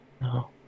No